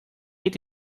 ate